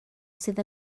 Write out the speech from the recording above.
sydd